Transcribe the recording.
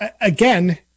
again